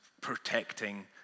protecting